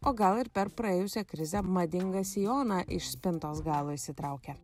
o gal ir per praėjusią krizę madingą sijoną iš spintos galo išsitraukia